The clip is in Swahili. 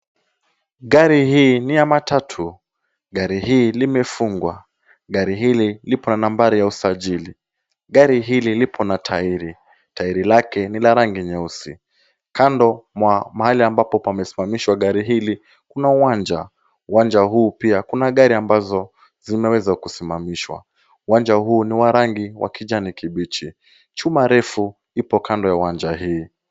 Gari hii ni ya matatu. Gari hii limefungwa. Gari hili lipo na namba ya usajili. Gari hili lipo na tairi. Tairi lake ni la rangi nyeusi. Kando mwa mahali ambapo pamesimamishwa gari hili kuna uwanja. Uwanja huu pia kuna gari ambazo zimeweza kusimamishwa. Uwanja huu ni wa rangi wa kijani kibichi. Chuma refu ipo kando ya uwanja hii.